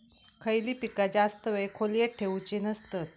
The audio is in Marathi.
खयली पीका जास्त वेळ खोल्येत ठेवूचे नसतत?